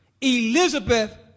Elizabeth